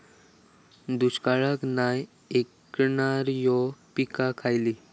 दुष्काळाक नाय ऐकणार्यो पीका खयली?